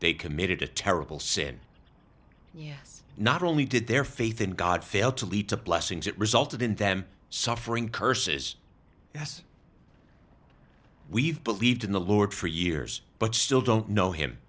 they committed a terrible sin yes not only did their faith in god fail to lead to blessings that resulted in them suffering curses yes we've believed in the lord for years but still don't know him